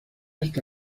está